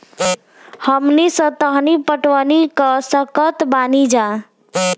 हमनी सब सतही पटवनी क सकतऽ बानी जा